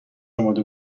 امده